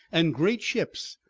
and great ships,